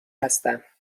هستم